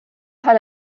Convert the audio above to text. had